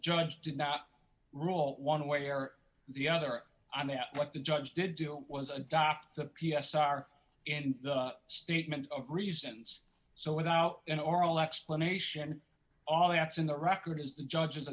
judge did not rule one way or the other i mean what the judge did do was adopt the p s r in the statement of reasons so without an oral explanation all the acts in the record is the judge